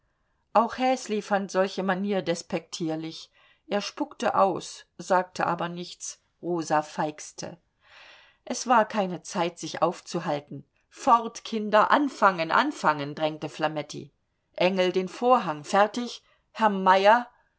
auch häsli fand solche manier despektierlich er spuckte aus sagte aber nichts rosa feixte es war keine zeit sich aufzuhalten fort kinder anfangen anfangen drängte flametti engel den vorhang fertig herr meyer